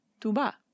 Tuba